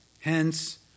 Hence